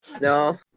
No